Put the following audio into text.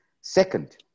Second